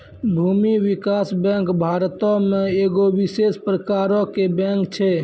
भूमि विकास बैंक भारतो मे एगो विशेष प्रकारो के बैंक छै